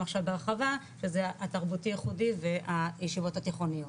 עכשיו בהרחבה שזה התרבותי ייחודי והישיבות התיכוניות,